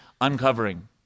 uncovering